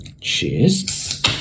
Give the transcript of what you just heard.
cheers